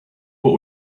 what